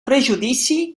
prejudici